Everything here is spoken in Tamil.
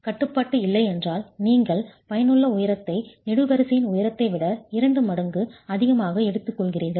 கட்டுப்பாடு இல்லை என்றால் நீங்கள் பயனுள்ள உயரத்தை நெடுவரிசையின் உயரத்தை விட இரண்டு மடங்கு அதிகமாக எடுத்துக்கொள்கிறீர்கள்